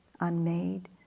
unmade